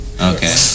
Okay